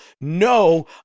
no